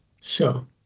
sure